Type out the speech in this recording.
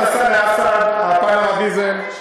אחד נסע לאסד, מה זה שייך?